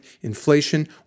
inflation